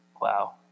Wow